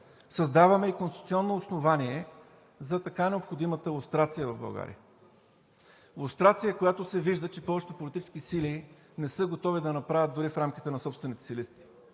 Създаваме и конституционно основание за така необходимата лустрация в България. Лустрация, която се вижда, че повечето политически сили не са готови да направят дори в рамките на собствените си листи.